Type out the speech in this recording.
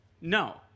No